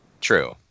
True